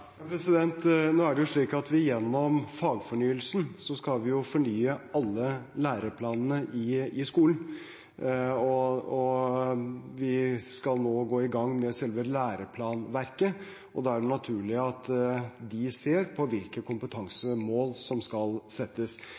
Nå er det jo slik at vi gjennom fagfornyelsen skal fornye alle læreplanene i skolen. Vi skal nå gå i gang med selve læreplanverket, og da er det naturlig at man ser på hvilke kompetansemål som skal settes.